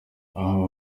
abo